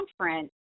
conference